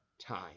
time